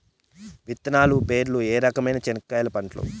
విత్తనాలు పేర్లు ఏ రకమైన చెనక్కాయలు పంటలు?